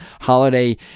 Holiday